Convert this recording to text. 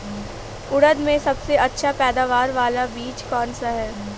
उड़द में सबसे अच्छा पैदावार वाला बीज कौन सा है?